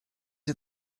are